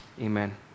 amen